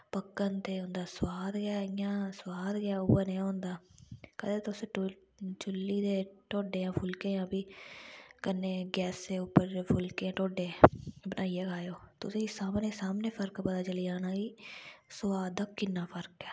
पक्कन ते उं'दा सोआद गै इ'यां सोआद गै उऐ नेहा होंदा कदैं तुस चुल्ली दे ढोडे जां फुलके जां फ्ही कन्नै गैसै उप्पर फुलके जां ढोडे बनाइयै खाऐओ तुसें सामनै सामनै फर्क पता चली जाना कि सोआद दा किन्ना फर्क ऐ